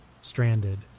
stranded